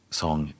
song